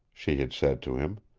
she had said to him.